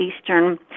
Eastern